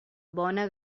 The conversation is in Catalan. bona